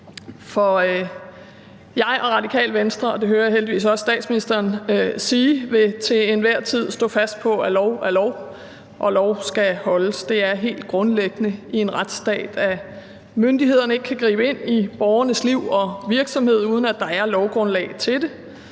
Jeg og Det Radikale Venstre – og det hører jeg heldigvis også statsministeren sige hun vil – vil til enhver tid stå fast på, at lov er lov, og at lov skal holdes. Det er helt grundlæggende i en retsstat, at myndighederne ikke kan gribe ind i borgernes liv og virksomhed, uden at der er lovgrundlag til det,